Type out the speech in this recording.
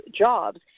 jobs